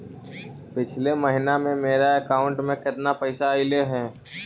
पिछले महिना में मेरा अकाउंट में केतना पैसा अइलेय हे?